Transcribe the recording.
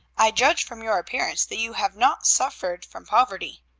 i judge from your appearance that you have not suffered from poverty.